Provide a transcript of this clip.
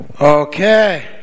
okay